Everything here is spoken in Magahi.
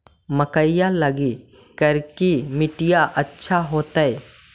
मकईया लगी करिकी मिट्टियां अच्छा होतई